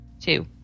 Two